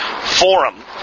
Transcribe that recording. Forum